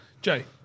Jay